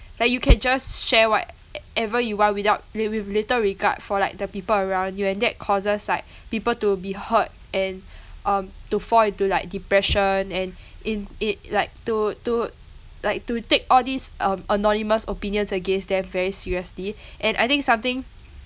like you can just share what e~ ever you want without with with little regard for like the people around you and that causes like people to be hurt and um to fall into like depression and in it like to to like to take all these um anonymous opinions against them very seriously and I think something